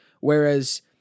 Whereas